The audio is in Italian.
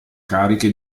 cariche